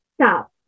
Stop